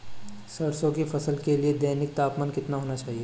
सरसों की फसल के लिए दैनिक तापमान कितना होना चाहिए?